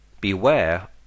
Beware